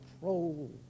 control